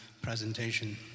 presentation